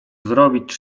zrobić